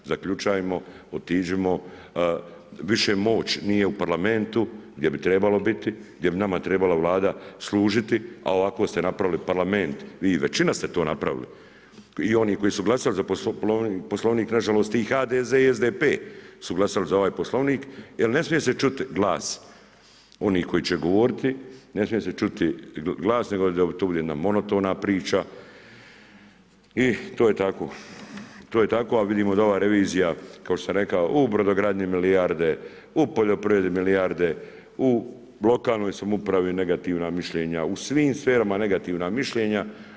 Zaključajmo, otiđimo, više moć nije u parlamentu gdje bi trebala biti, gdje bi nama trebala vlada služiti, a ovako ste napravili parlament, vi većina ste napravili i oni koji su glasali za Poslovnik nažalost i HDZ i SDP su glasali za ovaj Poslovnik jer ne smije se čuti glas onih koji će govoriti, ne smije se čuti glas nego da to bude jedna monotona priča i to je tako, to je tako, a vidimo da ova revizija, kao što sam rekao u brodogradnji milijarde, u poljoprivredi milijarde, u lokalnoj samoupravi negativna mišljenja, u svim sferama negativna mišljenja.